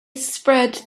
spread